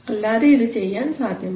അല്ലാതെ ഇത് ചെയ്യാൻ സാധ്യമല്ല